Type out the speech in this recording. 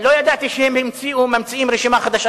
לא ידעתי שהם ממציאים רשימה חדשה.